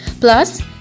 Plus